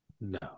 No